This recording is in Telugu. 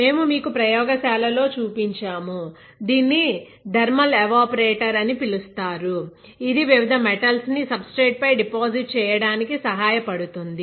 మేము మీకు ప్రయోగశాలలో చూపించాము దీన్ని థర్మల్ ఎవేపరేటర్ అని పిలుస్తారుఇది వివిధ మెటల్స్ ని సబ్స్ట్రేట్ పై డిపాజిట్ చేయడానికి సహాయపడుతుంది